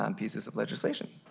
um pieces of legislation.